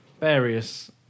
Various